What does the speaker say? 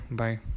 bye